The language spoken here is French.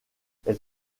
elle